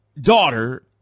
daughter